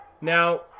Now